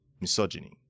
misogyny